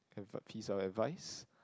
with a piece of advice